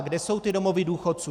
Kde jsou ty domovy důchodců?